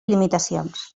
limitacions